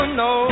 no